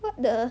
what the